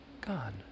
gone